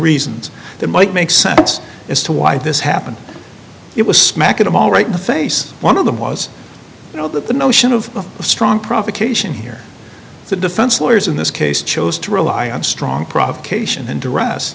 reasons that might make sense as to why this happened it was smacking them all right in the face one of them was you know that the notion of a strong provocation here the defense lawyers in this case chose to rely on strong provocation and arres